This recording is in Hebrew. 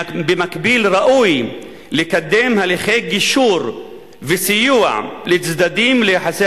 במקביל ראוי לקדם הליכי גישור וסיוע לצדדים ליחסי